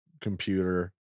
computer